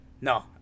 No